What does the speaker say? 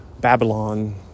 Babylon